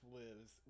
lives